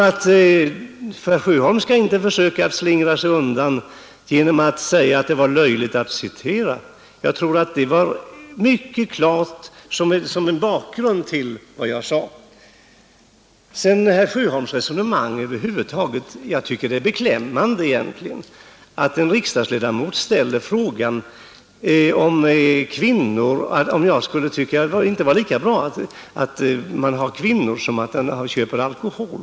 Herr Sjöholm skall inte försöka slingra sig undan genom att säga att det är löjligt att citera. Jag tror att det citatet var mycket klart som en bakgrund till vad jag sade. Jag tycker att det är beklämmande att en riksdagsledamot ställer frågan om jag inte tycker att det är lika bra att man köper kvinnor som att man köper alkohol.